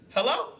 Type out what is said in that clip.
Hello